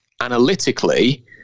analytically